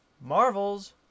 Marvels